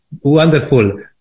wonderful